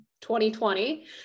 2020